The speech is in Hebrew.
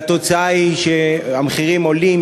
והתוצאה היא שהמחירים עולים,